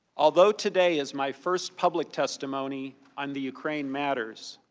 although today is my first public testimony on the ukraine matters,